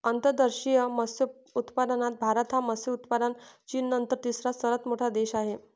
अंतर्देशीय मत्स्योत्पादनात भारत मत्स्य उत्पादनात चीननंतर तिसरा सर्वात मोठा देश आहे